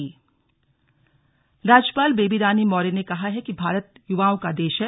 slug राज्यपाल राज्यपाल बेबी रानी मौर्य ने कहा कि भारत युवाओं का देश हैं